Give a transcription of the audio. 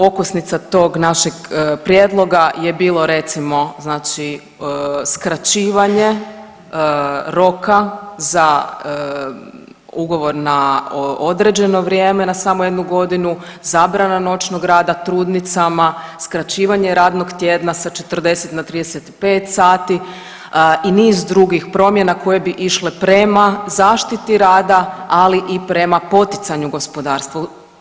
Okosnica tog našeg prijedloga je bilo, recimo, znači skraćivanje roka za ugovor na određene vrijeme na samo jednu godinu, zabrana noćnog rada trudnicama, skraćivanje radnog tjedna sa 40 na 35 sati i niz drugih promjena koje bi bile prema zaštiti rada, ali i prema poticanju gospodarstva.